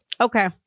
Okay